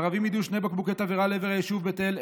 ערבים יידו שני בקבוקי תבערה לעבר היישוב בית אל,